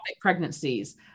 pregnancies